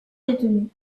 détenus